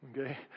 okay